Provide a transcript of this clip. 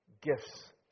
gifts